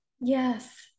Yes